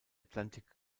atlantic